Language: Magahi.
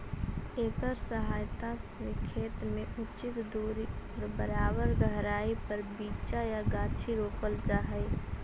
एकर सहायता से खेत में उचित दूरी और बराबर गहराई पर बीचा या गाछी रोपल जा हई